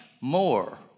more